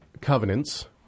covenants